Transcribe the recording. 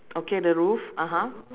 okay the roof (uh huh)